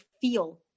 feel